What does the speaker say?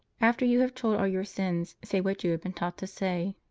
after you have told all your sins, say what you have been taught to say.